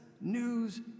news